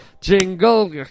jingle